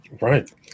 right